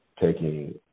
taking –